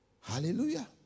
Hallelujah